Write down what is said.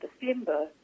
December